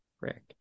Rick